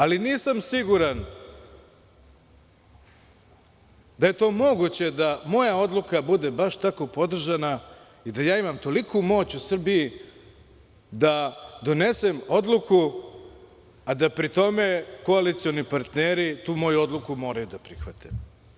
Ali, nisam siguran da je to moguće da moja odluka bude baš tako podržana i da ja imam toliku moć u Srbiji da donesem odluku, a da pri tome koalicioni partneri tu moju odluku moraju da prihvate.